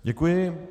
Děkuji.